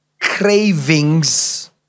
cravings